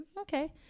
Okay